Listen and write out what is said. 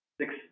six